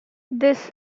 this